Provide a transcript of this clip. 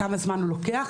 כמה זמן הוא לוקח,